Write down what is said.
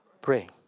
pray